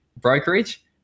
brokerage